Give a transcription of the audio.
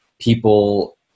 people